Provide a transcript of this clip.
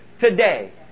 today